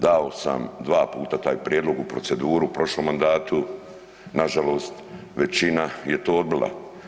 Dao sam dva puta taj prijedlog u proceduru u prošlom mandatu, nažalost većina je to odbila.